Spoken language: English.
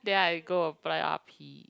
then I go apply R_P